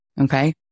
Okay